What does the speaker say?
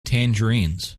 tangerines